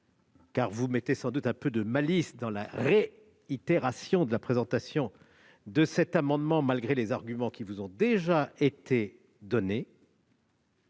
car vous mettez sans doute un peu de malice dans la présentation réitérée de cet amendement malgré les arguments qui vous ont déjà été opposés,